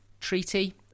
Treaty